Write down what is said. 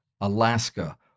Alaska